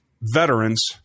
veterans